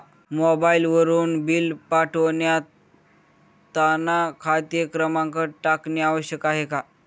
मोबाईलवरून बिल पाठवताना खाते क्रमांक टाकणे आवश्यक आहे का?